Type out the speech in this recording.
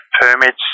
permits